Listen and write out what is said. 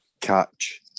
catch